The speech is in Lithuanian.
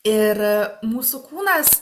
ir mūsų kūnas